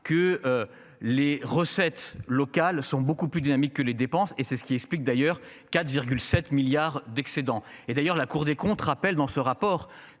que. Les recettes locales sont beaucoup plus dynamique que les dépenses et c'est ce qui explique d'ailleurs 4 7 milliards d'excédent. Et d'ailleurs la Cour des comptes rappelle dans ce rapport